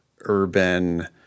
urban